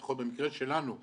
לפחות במקרה שלנו,